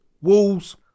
Wolves